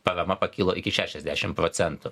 parama pakilo iki šešiasdešim procentų